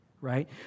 right